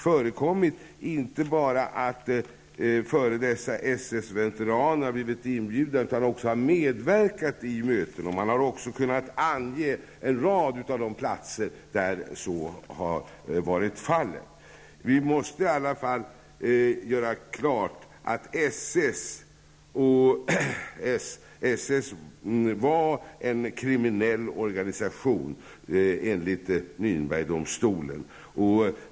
Före detta SS veteraner har inte bara inbjudits utan även medverkat i möten. Man har kunnit ange en rad platser där så har varit fallet. Vi måste i all fall göra klart att SS var en kriminell organisation enligt Nürnberg-domstolen.